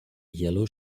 yellow